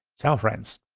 ciao friends.